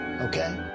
okay